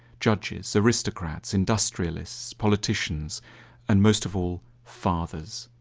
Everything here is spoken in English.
judges, aristocrats, industrialists, politicians and most of all fathers.